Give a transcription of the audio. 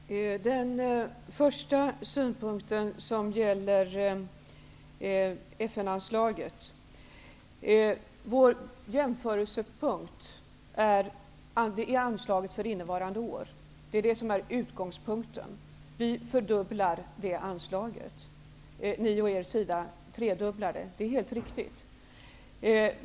Herr talman! Den första synpunkten gällde FN anslaget. Vår jämförelsepunkt är anslaget för innevarande år. Det är det som är utgångspunkten. Med vårt förslag fördubblas anslaget, ni vill å er sida tredubbla det. Det är helt riktigt.